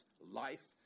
Life